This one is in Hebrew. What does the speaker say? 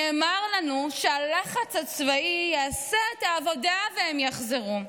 נאמר לנו שהלחץ הצבאי יעשה את העבודה והם יחזרו.